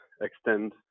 extend